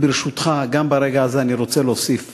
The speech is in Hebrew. אבל, ברשותך, גם ברגע הזה, אני רוצה להוסיף